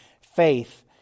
faith